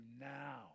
now